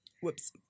whoops